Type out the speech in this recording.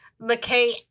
McKay